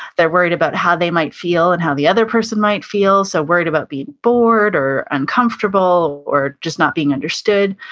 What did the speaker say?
they're worried about how they might feel and how the other person might feel. so, worried about being bored or uncomfortable or just not being understood.